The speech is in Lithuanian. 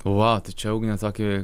va tai čia ugne tokį